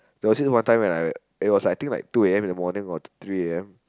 there was this one time when I it was like I think like two a_m in the morning or three a_m